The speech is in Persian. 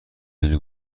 بدون